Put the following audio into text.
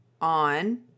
on